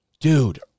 Dude